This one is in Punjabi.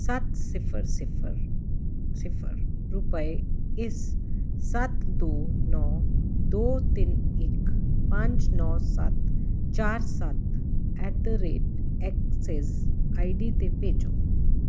ਸੱਤ ਸਿਫਰ ਸਿਫਰ ਸਿਫਰ ਰੁਪਏ ਇਸ ਸੱਤ ਦੋ ਨੌਂ ਦੋ ਤਿੰਨ ਇੱਕ ਪੰਜ ਨੌਂ ਸੱਤ ਚਾਰ ਸੱਤ at the rate Axis ID 'ਤੇ ਭੇਜੋ